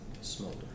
Smolder